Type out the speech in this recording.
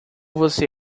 você